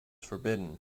forbidden